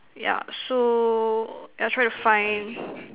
yeah so yeah try to find